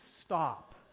stop